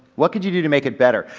what could you do to make it better?